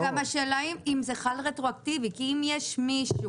וגם השאלה אם זה חל רטרואקטיבית כי אם יש מישהו